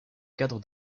cadre